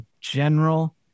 general